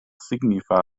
signifa